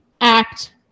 act